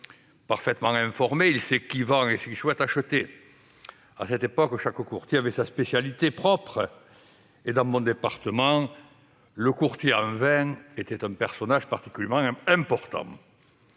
Parfaitement informé, il sait qui vend et qui souhaite acheter. À cette époque, chaque courtier avait sa spécialité propre. Dans mon département, le courtier en vin était un personnage particulièrement important.